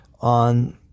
on